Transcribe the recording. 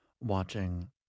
watching